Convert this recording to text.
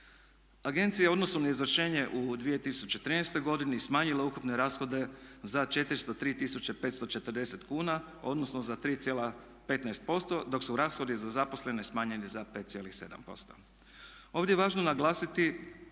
Agencija je u odnosu na izvršenje u 2013. godini smanjila ukupne rashode za 403 540 kuna odnosno za 3,15% dok su rashodi za zaposlene smanjeni za 5,7%. Ovdje je važno naglasiti